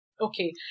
okay